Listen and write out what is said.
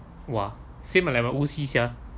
!wah! same as like my O_C sia